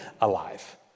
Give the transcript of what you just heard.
alive